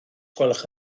gwelwch